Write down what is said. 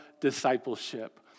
discipleship